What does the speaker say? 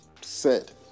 set